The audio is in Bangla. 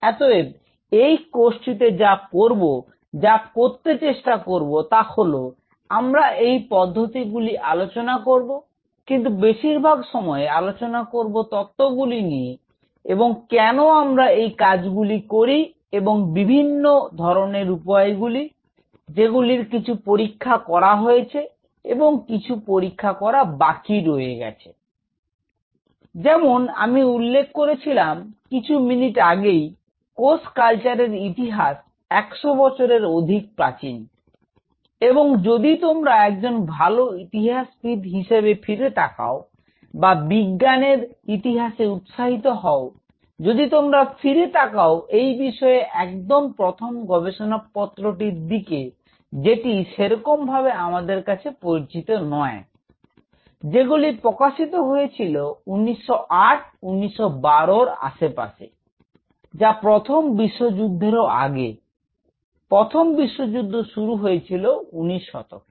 অতএব এই কোর্সটিতে যা করব যা করতে চেষ্টা করব তা হল আমরা এই পদ্ধতিগুলি আলোচনা করব কিন্তু বেশিরভাগ সময় আলোচনা করব তত্ত্বগুলি নিয়ে এবং কেন আমরা এই কাজগুলি করি এবং বিভিন্ন ধরনের উপায়গুলি যেগুলির কিছু পরীক্ষা করা হয়েছে এবং কিছু পরীক্ষা করা বাকি থেকে গেছে যেমন আমি উল্লেখ করেছিলাম কিছু মিনিট আগেই কোষ কালচার এর ইতিহাস 100 বছরের অধিক প্রাচীন এবং যদি তোমরা একজন ভাল ইতিহাসবিদ হিসেবে ফিরে তাকাও বা বিজ্ঞানের ইতিহাসে উৎসাহিত হও যদি তোমরা ফিরে তাকাও এই বিষয়ের একদম প্রথম গবেষণাপত্রটির দিকে যেটি সেরকমভাবে আমাদের কাছে পরিচিত নয় যেগুলি প্রকাশিত হয়েছিল 1908 1912 -এর আশেপাশে যা প্রথম বিশ্বযুদ্ধেরও আগে প্রথম বিশ্বজুদ্ধ শুরু হয়েছিল উনিশ শতকে